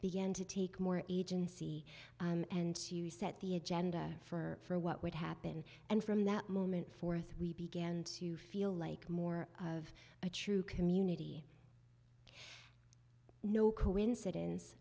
began to take more agency and to set the agenda for what would happen and from that moment forth we began to feel like more of a true community no coincidence